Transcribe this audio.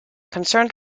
concerned